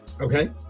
Okay